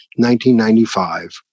1995